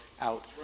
out